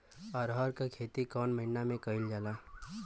अरहर क खेती कवन महिना मे करल जाला?